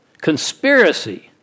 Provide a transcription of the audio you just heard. conspiracy